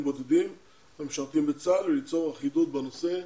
בודדים המשרתים בצה"ל וליצור אחידות בנושא,